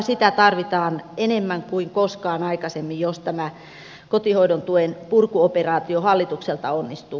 sitä tarvitaan enemmän kuin koskaan aikaisemmin jos tämä kotihoidon tuen purkuoperaatio hallitukselta onnistuu